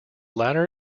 latter